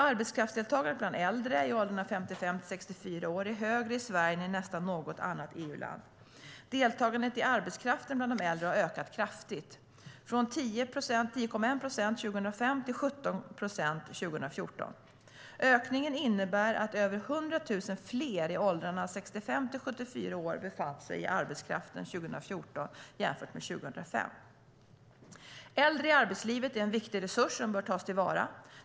Arbetskraftsdeltagandet bland äldre, i åldrarna 55-64 år, är högre i Sverige än i nästan något annat EU-land. Deltagandet i arbetskraften bland de äldre har ökat kraftigt, från 10,1 procent 2005 till 17,0 procent 2014. Ökningen innebär att över 100 000 fler i åldrarna 65-74 år befann sig i arbetskraften 2014 jämfört med 2005. Äldre i arbetslivet är en viktig resurs som bör tas till vara.